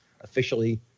officially